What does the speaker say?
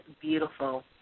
beautiful